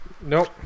Nope